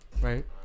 Right